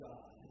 God